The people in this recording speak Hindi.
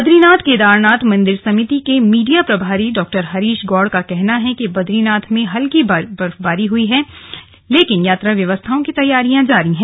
बदरीनाथ केदारनाथ मंदिर समिति के मीडिया प्रभारी डॉ हरीश गौड़ का कहना है कि बदरीनाथ में हल्की बर्फबारी हुई है लेकिन यात्रा व्यवस्थाओं की तैयारियां जारी है